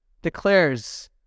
Declares